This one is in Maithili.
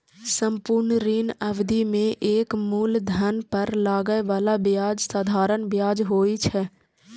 संपूर्ण ऋण अवधि मे एके मूलधन पर लागै बला ब्याज साधारण ब्याज होइ छै